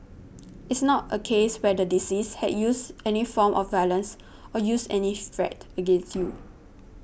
it's not a case where the deceased had used any form of violence or used any threat against you